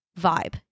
vibe